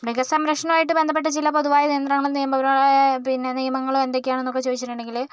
മൃഗസംരക്ഷണവുമായിട്ട് ബന്ധപ്പെട്ട് ചില പൊതുവായ നിയന്ത്രണങ്ങളും നിയമപര പിന്നെ നിയമങ്ങൾ എന്തൊക്കെയാണെന്നൊക്കെ ചോദിച്ചിട്ടുണ്ടെങ്കിൽ